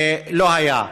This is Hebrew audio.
לא היה.